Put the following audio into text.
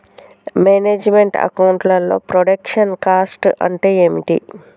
Manage meant account లో production cost అంటే ఏమిటి?